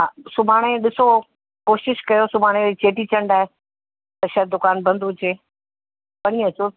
हा सुभाणे ॾिसो कोशिशि कयो सुभाणे चेटी चंडु आहे त शायदि दुकानु बंदि हुजे पणींअ अचो